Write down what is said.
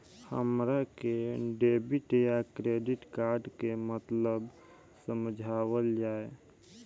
हमरा के डेबिट या क्रेडिट कार्ड के मतलब समझावल जाय?